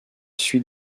suit